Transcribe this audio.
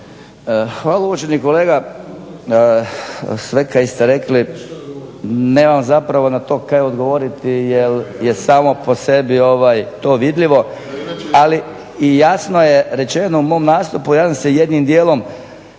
uvaženi kolega, sve kaj ste rekli, nemam zapravo na to kaj odgovoriti, jer je samo po sebi to vidljivo. Ali i jasno je rečeno u mom nastupu, ja sam se jednim dijelom